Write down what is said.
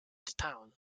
town